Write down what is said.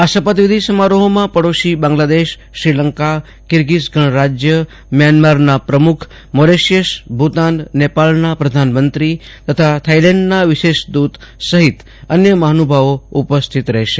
આ શપથવિધિ સમારોફમાં પડોશી બાંગલાદેશ શ્રીલંકા કિર્ગિજ ગણ રાજયમ્યાનમારના પ્રમુખ મોરેશિયા ભુતાન નેપાળના પ્રધાનમંત્રી તથા થાઈલેન્ડના વિશેષ દુત સફિત અન્ય મફાનુભાવો ઉપસ્થિત રહેશે